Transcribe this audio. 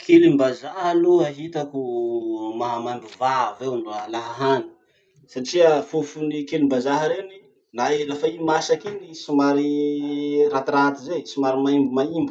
Kilim-bazaha aloha hitako maha maimbo vava io no alà hany satria fofon'ny kilim-bazaha reny, na i lafa i masaky iny somary ratiraty zay, somary maimbo maimbo.